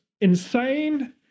insane